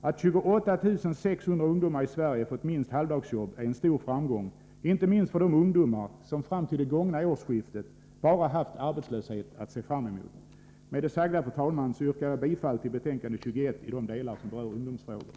Att 28 600 ungdomar i Sverige fått minst halvdagsjobb är en stor framgång, inte minst för dem som fram till det senaste årsskiftet bara haft arbetslöshet att se fram emot. Fru talman! Med det sagda yrkar jag bifall till utskottets hemställan i betänkande 21 i de delar som berör ungdomsfrågor.